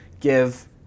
give